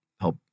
help